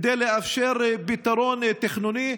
כדי לאפשר פתרון תכנוני.